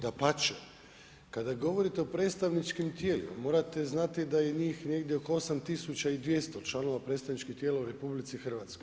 Dapače kada govorite o predstavničkim tijelima morate znati da je njih negdje oko 8200 članova predstavničkih tijela u RH.